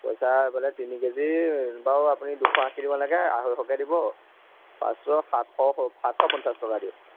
পইচা এইফালে তিনি কেজি বাৰু আপুনি দুশ আশী দিব নালাগে আঢ়ৈশকৈ দিব পাঁচশ সাতশ সাতশ স পঞ্চাছ টকা দিয়ক